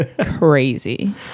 crazy